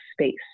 space